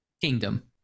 kingdom